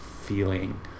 feeling